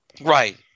Right